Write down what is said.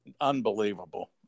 Unbelievable